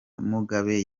mugabe